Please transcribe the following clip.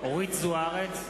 אורית זוארץ,